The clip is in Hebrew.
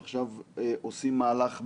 עכשיו עושים מהלך בלונדון.